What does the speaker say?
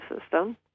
system